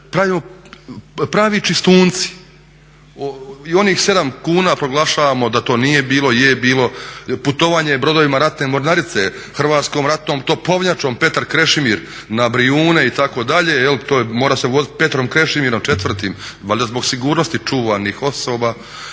pravi čistunci i onih 7 kuna proglašavamo da to nije bilo, je bilo, putovanje brodovima Ratne mornarice, Hrvatskom ratnom topovnjačom Petar Krešimir na Brijune itd., to se mora vozit Petrom Krešimirom IV. valjda zbog sigurnosti čuvanih osoba,